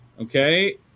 Okay